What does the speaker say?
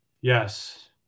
yes